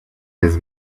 has